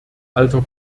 alter